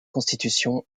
constitution